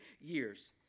years